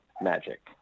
magic